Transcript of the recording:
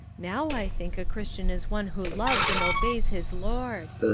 now i think a christian is one who loves and obeys his lord.